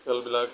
খেলবিলাক